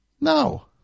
No